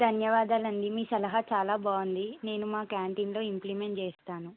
ధన్యవాదాలండి మీ సలహా చాలా బాగుంది నేను మా క్యాంటీన్లో ఇంప్లిమెంట్ చేస్తాను